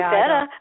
better